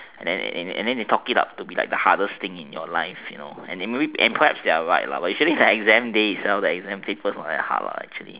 and then and then they talk it out to be the hardest thing in your life you know and perhaps they are right lah on the exam days the exam papers are not that hard lah actually